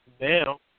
now